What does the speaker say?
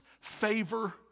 favor